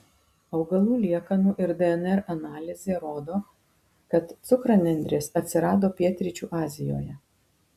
augalų liekanų ir dnr analizė rodo kad cukranendrės atsirado pietryčių azijoje